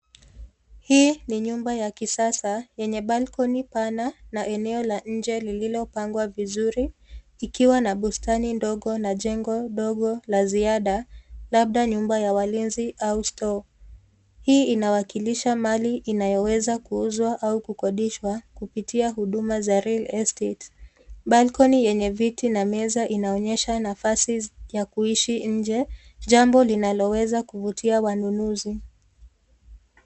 Hii ni nyumba ya kisasa yenye balcony pana na eneo la nje lililopangwa vizuri ikiwa na bustani ndogo na jengo ndogo la ziada labda nyumba ya walinzi au store . Hii inawakilisha mali inayoweza kuuzwa au kukodishwa kupitia huduma za real estate . Balcony yenye viti na meza inaonyesha nafasi ya kuishi nje jambo linaloweza kuvutia wanunuzi.